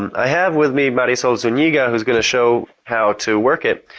i have with me marisol zuniga who is going to show how to work it.